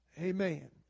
Amen